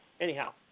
Anyhow